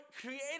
created